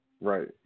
Right